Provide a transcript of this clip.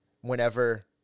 whenever